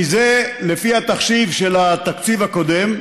מזה, לפי התחשיב של התקציב הקודם,